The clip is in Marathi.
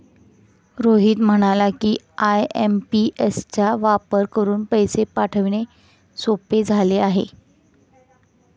रोहित म्हणाला की, आय.एम.पी.एस चा वापर करून पैसे पाठवणे सोपे झाले आहे